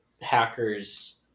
hackers